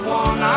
one